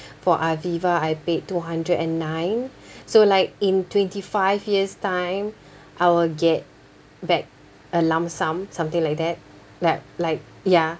for aviva I paid two hundred and nine so like in twenty five years time I will get back a lump sum something like that like like ya